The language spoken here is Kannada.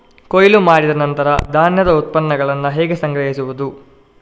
ಕೊಯ್ಲು ಮಾಡಿದ ನಂತರ ಧಾನ್ಯದ ಉತ್ಪನ್ನಗಳನ್ನು ಹೇಗೆ ಸಂಗ್ರಹಿಸುವುದು?